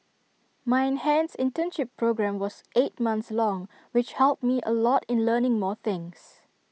my enhanced internship programme was eight months long which helped me A lot in learning more things